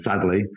sadly